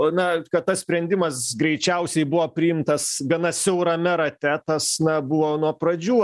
na kad tas sprendimas greičiausiai buvo priimtas gana siaurame rate tas na buvo nuo pradžių